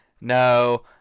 No